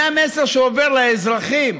זה המסר שעובר לאזרחים.